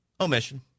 omission